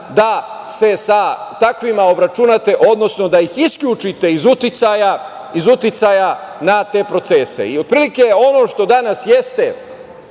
da se sa takvima obračunate, odnosno da ih isključite iz uticaja na te procese. Ono što danas jeste